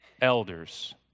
elders